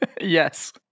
Yes